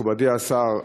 מכובדי השר,